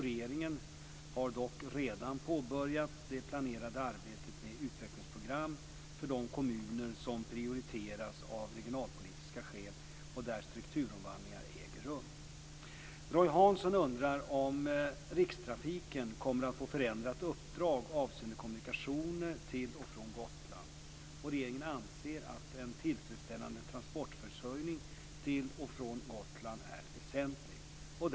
Regeringen har dock redan påbörjat det planerade arbetet med utvecklingsprogram för de kommuner som prioriterats av regionalpolitiska skäl och där strukturomvandlingar äger rum. Roy Hansson undrar om Rikstrafiken kommer att få förändrat uppdrag avseende kommunikationer till och från Gotland. Regeringen anser att en tillfredsställande transportförsörjning till och från Gotland är väsentlig.